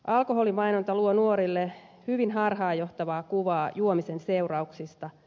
alkoholimainonta luo nuorille hyvin harhaanjohtavaa kuvaa juomisen seurauksista